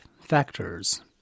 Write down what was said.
factors